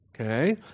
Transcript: Okay